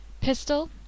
Pistol